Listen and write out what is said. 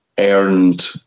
earned